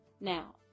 Now